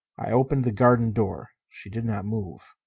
i opened the garden door. she did not move.